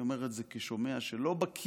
אני אומר את זה כשומע שלא בקי